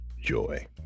joy